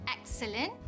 excellent